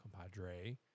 compadre